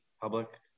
public